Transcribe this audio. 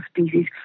species